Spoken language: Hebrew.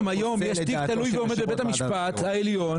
היום יש תיק תלוי ועומד בבית המשפט העליון